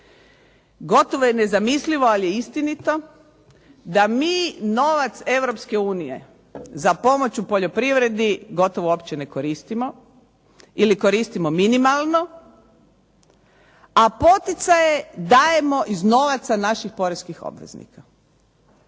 Gotovo je nezamislivo ali istinito da mi novac Europske unije za pomoć u poljoprivredi gotovo uopće ne koristimo ili koristimo minimalno. A poticaje dajemo iz novaca naših poreskih obveznika.